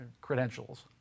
credentials